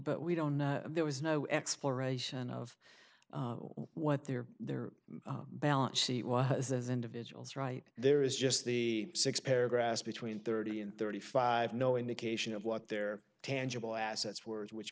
but we don't know there was no exploration of what their their balance sheet was as individuals right there is just the six paragraphs between thirty and thirty five no indication of what their tangible assets words which